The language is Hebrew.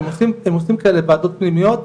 כי הם עושים כאלה ועדות פנימיות,